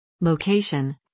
Location